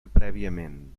prèviament